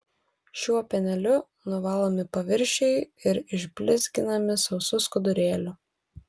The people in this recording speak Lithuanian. šiuo pieneliu nuvalomi paviršiai ir išblizginami sausu skudurėliu